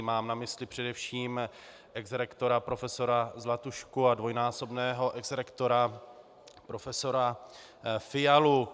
Mám na mysli především exrektora profesora Zlatušku a dvojnásobného exrektora profesora Fialu.